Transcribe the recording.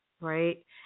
right